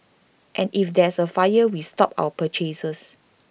and if there's A fire we stop our purchases